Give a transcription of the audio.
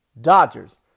Dodgers